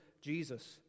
Jesus